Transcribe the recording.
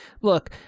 Look